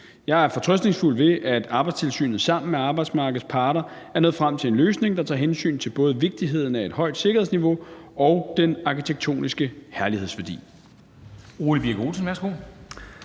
Jeg er fortrøstningsfuld ved, at Arbejdstilsynet sammen med arbejdsmarkedets parter er nået frem til en løsning, der tager hensyn til både vigtigheden af et højt sikkerhedsniveau og den arkitektoniske herlighedsværdi.